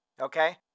okay